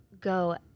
go